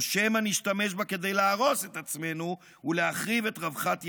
שמא נשתמש בה כדי להרוס את עצמנו ולהחריב את רווחת ילדינו,